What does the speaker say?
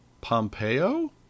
Pompeo